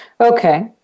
Okay